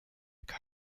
lkw